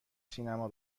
سینما